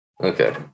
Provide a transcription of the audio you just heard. okay